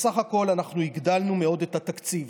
בסך הכול, אנחנו הגדלנו מאוד את התקציב.